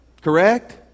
Correct